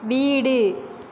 வீடு